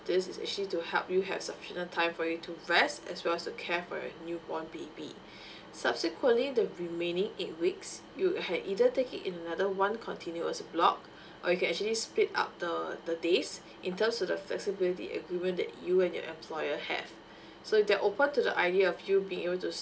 this is actually to help you have sufficient time for you to rest as well as to care for your newborn baby subsequently the remaining eight weeks you can either take it in another one continuous block or you can actually split up the the days in terms to the flexibility agreement that you and your employer have so if they're open to the idea of you being able to